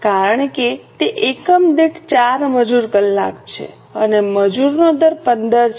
કારણ કે તે એકમ દીઠ 4 મજૂર કલાક છે અને મજૂરનો દર 15 છે